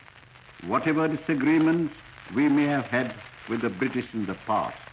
whatever disagreements we may have had with the british in the